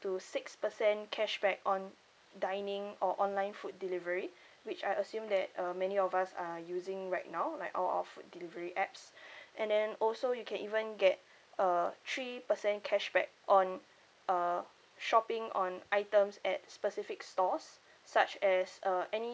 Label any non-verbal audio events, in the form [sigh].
to six percent cashback on dining or online food delivery which I assume that uh many of us are using right now like all our food delivery apps [breath] and then also you can even get uh three percent cashback on uh shopping on items at specific stores such as uh any